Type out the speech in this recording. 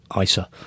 ISA